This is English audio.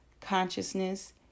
Consciousness